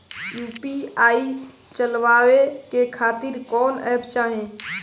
UPI चलवाए के खातिर कौन एप चाहीं?